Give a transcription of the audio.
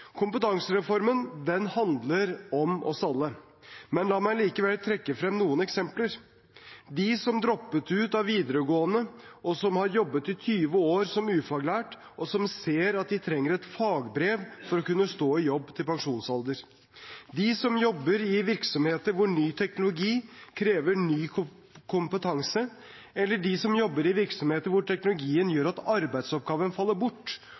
Kompetansereformen handler om oss alle, men la meg likevel trekke frem noen eksempler: de som droppet ut av videregående og som har jobbet i 20 år som ufaglært, og som ser at de trenger et fagbrev for å kunne stå i jobb til pensjonsalder de som jobber i virksomheter hvor ny teknologi krever ny kompetanse de som jobber i virksomheter hvor teknologien gjør at arbeidsoppgaven faller bort,